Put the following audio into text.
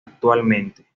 actualmente